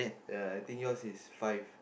ya I think yours is five